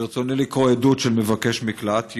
ברצוני לקרוא עדות של מבקש מקלט,